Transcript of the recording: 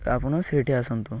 ଆପଣ ସେଇଠି ଆସନ୍ତୁ